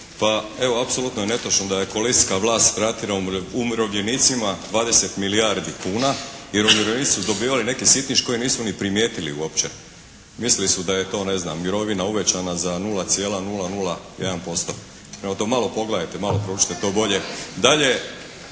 Pa evo, apsolutno je netočno da je koalicijska vlast vratila umirovljenicima 20 milijardi kuna jer umirovljenici su dobivali neki sitniš koji nisu ni primijetili uopće. Mislili su da je to ne znam mirovina uvećana za 0,001%. Prema tome, to malo pogledajte, malo proučite to bolje.